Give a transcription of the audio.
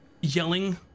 yelling